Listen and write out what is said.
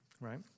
right